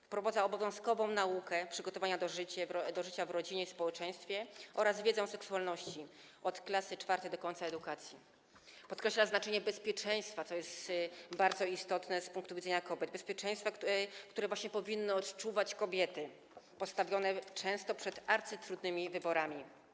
Ona wprowadza obowiązkową naukę przygotowania do życia w rodzinie i w społeczeństwie oraz wiedzy o seksualności od klasy IV do końca edukacji i podkreśla znaczenie bezpieczeństwa, co jest bardzo istotne z punktu widzenia kobiet - bezpieczeństwa, które powinny odczuwać kobiety, często postawione przez arcytrudnymi wyborami.